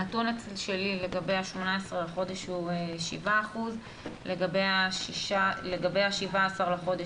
הנתון שלי לגבי ה-18 בחודש הוא 7%; לגבי ה-17 בחודש